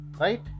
right